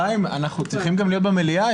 חיים, אנחנו גם צריכים להיות היום במליאה.